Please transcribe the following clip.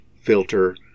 filter